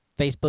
Facebook